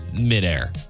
midair